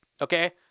okay